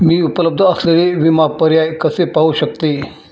मी उपलब्ध असलेले विमा पर्याय कसे पाहू शकते?